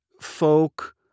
folk